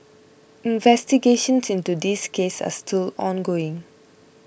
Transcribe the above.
investigations into this case are still ongoing